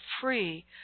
free